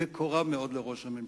מקורב מאוד לראש הממשלה.